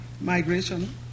migration